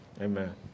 Amen